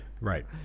right